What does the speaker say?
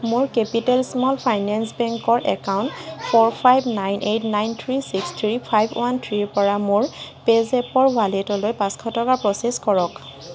মোৰ capital small finance বেংকৰ account four five nine eight nine three six three five one থ্ৰীৰপৰা মোৰ পে'জেপৰ ৱালেটলৈ পাঁচশ টকা প্ৰ'চেছ কৰক